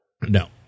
No